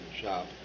shop